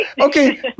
Okay